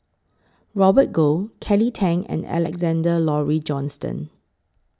Robert Goh Kelly Tang and Alexander Laurie Johnston